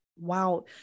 wow